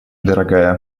дорогая